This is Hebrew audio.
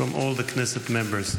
from all the Knesset members.